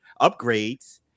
upgrades